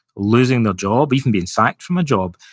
losing their job, even being sacked from a job,